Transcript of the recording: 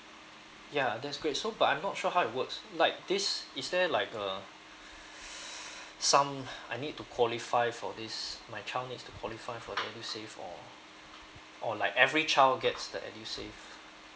ya that's great so but I'm not sure how it works like this is there like a sum I need to qualify for this my child needs to qualify for edusave or or like every child gets the edusave